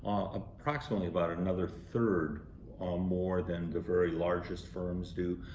approximately about and another third or more, than the very largest firms do.